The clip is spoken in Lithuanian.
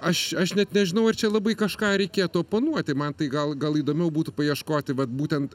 aš aš net nežinau ar čia labai kažką reikėtų oponuoti man tai gal gal įdomiau būtų paieškoti vat būtent